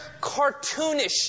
cartoonish